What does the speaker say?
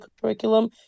curriculum